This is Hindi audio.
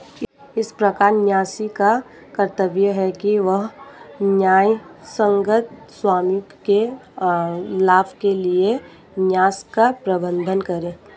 इस प्रकार न्यासी का कर्तव्य है कि वह न्यायसंगत स्वामियों के लाभ के लिए न्यास का प्रबंधन करे